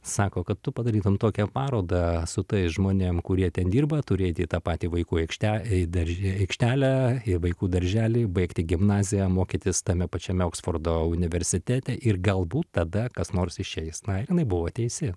sako kad tu padarytum tokią parodą su tais žmonėms kurie ten dirba turi eit į tą patį vaikų aikšte į darž aikštelę į vaikų darželį baigti gimnaziją mokytis tame pačiame oksfordo universitete ir galbūt tada kas nors išeis na jinai buvo teisi